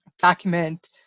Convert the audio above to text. document